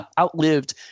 outlived